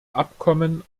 abkommen